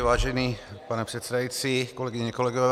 Vážený pane předsedající, kolegyně, kolegové.